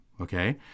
okay